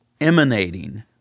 emanating